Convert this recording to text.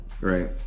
right